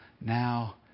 now